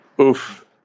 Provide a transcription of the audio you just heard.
Oof